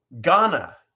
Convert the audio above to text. Ghana